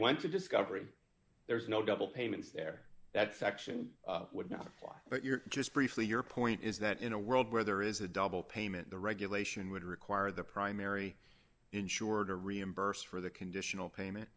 went to discovery there was no double payments there that section would not apply but your just briefly your point is that in a world where there is a double payment the regulation would require the primary insurer to reimburse for the conditional payment